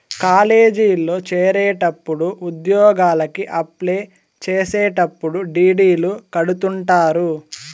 కాలేజీల్లో చేరేటప్పుడు ఉద్యోగలకి అప్లై చేసేటప్పుడు డీ.డీ.లు కడుతుంటారు